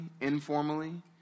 informally